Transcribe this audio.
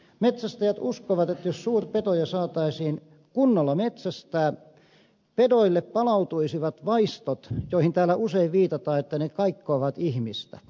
metsästäjät uskovat että jos suurpetoja saataisiin kunnolla metsästää pedoille palautuisivat vaistot joihin täällä usein viitataan että ne kaikkoavat ihmistä